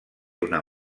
una